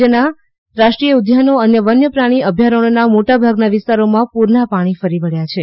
રાજ્યના રાષ્ટ્રીય ઉદ્યાનો અને વન્યપ્રાણી અભ્યારણ્યોના મોટા ભાગના વિસ્તારોમાં પૂરના પાણી ફરી વબ્યાં છે